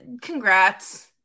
congrats